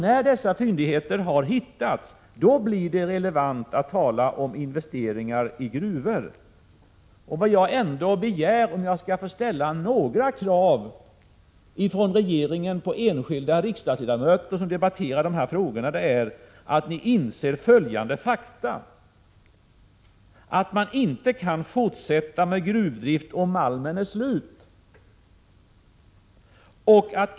När dessa fyndigheter har hittats, då blir det relevant att tala om investeringar i gruvor. Vad jag ändå begär — om jag skall ställa några krav från regeringen på enskilda riksdagsledamöter som debatterar de här frågorna — är att de inser följande fakta: Man kan inte fortsätta med gruvdrift om malmen är slut.